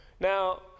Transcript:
Now